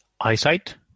Eyesight